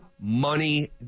money